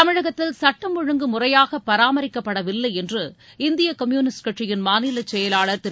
தமிழகத்தில் சட்டம் ஒழுங்கு முறையாக பராமரிக்கப்படவில்லை என்று இந்திய கம்யூனிஸ்ட் கட்சியின் மாநிலச் செயலாளர் திரு